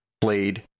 played